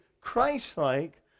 Christ-like